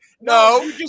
No